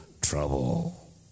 trouble